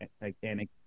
Titanic